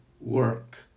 work